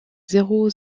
zéro